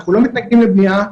אנחנו לא מתנגדים לבנייה.